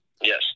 Yes